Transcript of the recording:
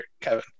Kevin